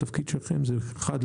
התפקיד שלכם הוא אחד,